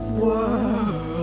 world